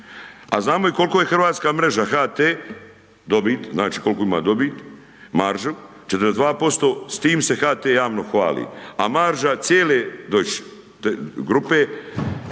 A znamo i koliko je hrvatska mreža HT, dobit, znači koliku ima dobit, maržu, 42%, s time se HT javno hvali a marža cijele Deutch grupe,